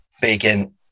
Bacon